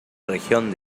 región